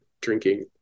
drinking